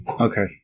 okay